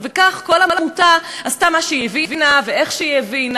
וכך כל עמותה עשתה מה שהיא הבינה ואיך שהיא הבינה.